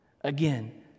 Again